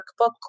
workbook